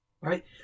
Right